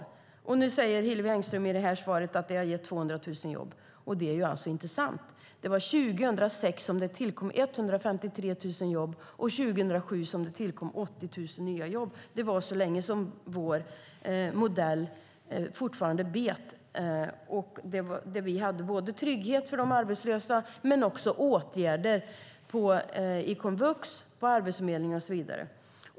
I det här svaret säger Hillevi Engström att det har gett 200 000 jobb, och det är inte sant. År 2006 tillkom det 153 000 nya jobb, och år 2007 tillkom det 80 000 nya jobb. Det var så länge som vår modell fortfarande bet. Vi hade trygghet för de arbetslösa och åtgärder inom komvux, på Arbetsförmedlingen och så vidare.